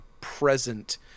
present